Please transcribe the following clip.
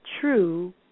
true